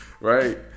right